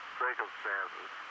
circumstances